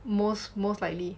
most most likely